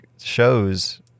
shows